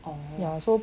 or more so